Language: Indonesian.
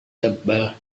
tebal